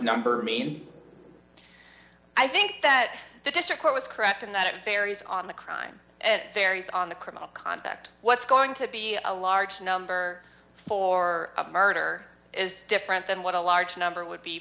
number mean i think that the district court was correct in that it varies on the crime and varies on the criminal conduct what's going to be a large number for a murder is different than what a large number would be